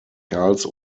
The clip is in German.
karls